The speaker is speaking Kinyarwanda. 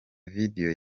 video